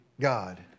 God